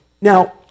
Now